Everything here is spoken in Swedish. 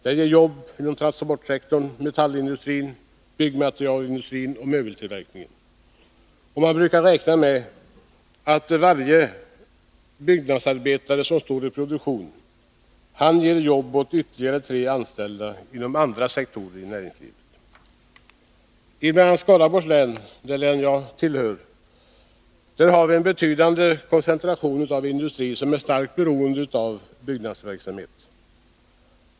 Det ger jobb inom transportsektorn, metallindustrin, byggmaterialindustrin och möbeltillverkningen. Man brukar räkna med att varje byggnadsarbetare som är i produktion ger jobb åt ytterligare tre I bl.a. Skaraborgs län, det län som jag representerar, har vi en betydande koncentration av industri som är starkt beroende av verksamheten inom byggsektorn.